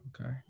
okay